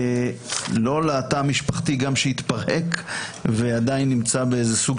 לא לתא המשפחתי שהתפרק ועדיין נמצא באיזשהו סוג